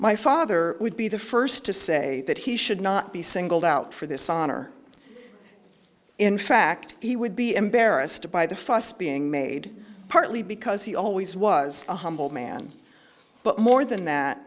my father would be the first to say that he should not be singled out for this honor in fact he would be embarrassed by the fuss being made partly because he always was a humble man but more than that